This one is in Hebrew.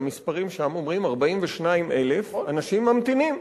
המספרים שם אומרים: 42,000 אנשים ממתינים.